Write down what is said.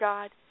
God